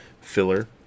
filler